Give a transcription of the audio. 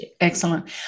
Excellent